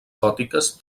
gòtiques